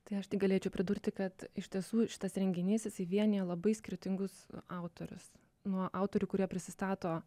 tai aš tai galėčiau pridurti kad iš tiesų šitas renginys jisai vienija labai skirtingus autorius nuo autorių kurie prisistato